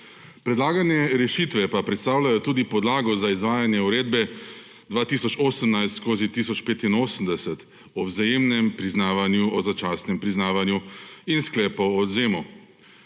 Predlagane rešitve pa predstavljajo tudi podlago za izvajanje uredbe 2018/1085 o vzajemnem priznavanju, o začasnem priznavanju in sklepa o odvzemu.